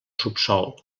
subsòl